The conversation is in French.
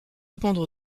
répondre